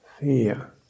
fear